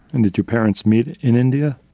and did your parents meet in india?